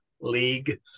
league